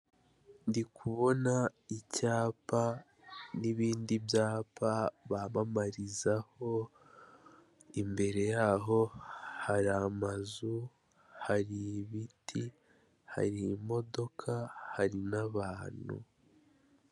Ndi kubona icyapa n'ibindi ibyapa bamamarizaho, imbere yaho hari amazu, hari ibiti, hari imodoka, hari n'abantu.